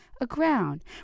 aground